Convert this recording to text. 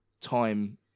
time